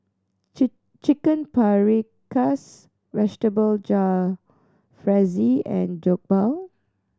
Chicken Paprikas Vegetable Jalfrezi and Jokbal